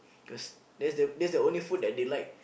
cause that's the that's the only food that they like